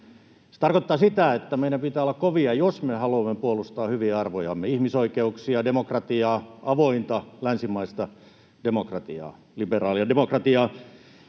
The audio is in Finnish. Se tarkoittaa sitä, että meidän pitää olla kovia, jos me haluamme puolustaa hyviä arvojamme — ihmisoikeuksia, demokratiaa, avointa länsimaista demokratiaa, liberaalia demokratiaa